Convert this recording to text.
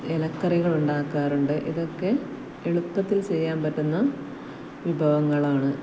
ഇലക്കറികൾ ഉണ്ടാക്കാറുണ്ട് ഇതൊക്കെ എളുപ്പത്തിൽ ചെയ്യാൻ പറ്റുന്ന വിഭവങ്ങളാണ്